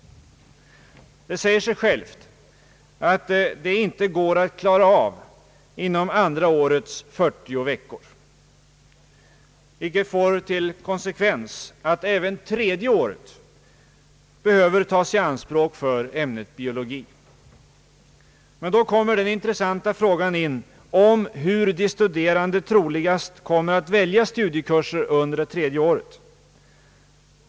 Det säger sig självt att detta inte går att klara av inom andra årets 40 veckor. Detta får till konsekvens att även tredje året behöver tas i anspråk för ämnet biologi. Då kommer den intressanta frågan in om hur de studerande troligast kommer att välja studiekurser under det iredje året.